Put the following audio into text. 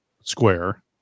square